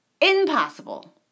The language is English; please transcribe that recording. impossible